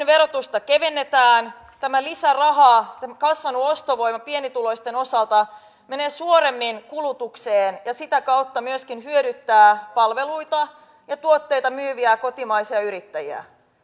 verotusta kevennetään tämä lisäraha kasvanut ostovoima pienituloisten osalta menee suoremmin kulutukseen ja sitä kautta myöskin hyödyttää palveluita ja tuotteita myyviä kotimaisia yrittäjiä